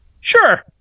Sure